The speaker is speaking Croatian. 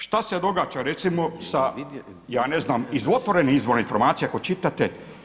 Šta se događa recimo sa ja ne znam iz otvorenih izvora informacija koje čitate?